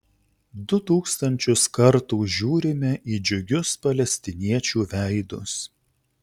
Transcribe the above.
du tūkstančius kartų žiūrime į džiugius palestiniečių veidus